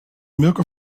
mirco